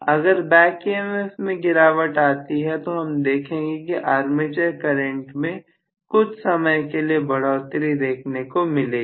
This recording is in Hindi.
अगर बैक EMF में गिरावट आती है तो हम देखेंगे कि आर्मेचर करंट में कुछ समय के लिए बढ़ोतरी देखने को मिलेगी